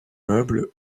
meubles